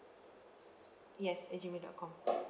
yes at gmail dot com